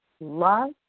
Love